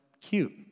cute